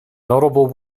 notable